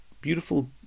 beautiful